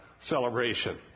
celebration